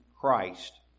Christ